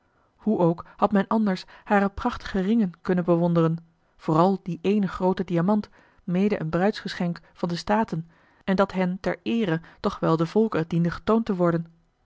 hoe ook had men anders hare prachtige ringen kunnen bewonderen vooral dien éénen grooten diamant mede een bruidsgeschenk van de staten en dat hen ter eere toch wel den volke diende getoond te worden